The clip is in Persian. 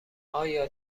آیا